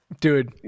dude